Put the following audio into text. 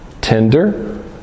tender